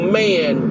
man